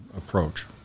approach